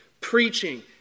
preaching